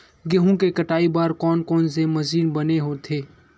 गेहूं के कटाई बर कोन कोन से मशीन बने होथे?